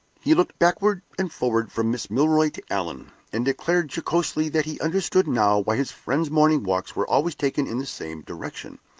he looked backward and forward from miss milroy to allan, and declared jocosely that he understood now why his friend's morning walks were always taken in the same direction.